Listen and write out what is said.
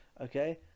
okay